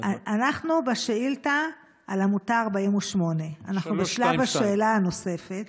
אנחנו בשאילתה על עמותה 48. 322. אנחנו בשלב השאלה הנוספת.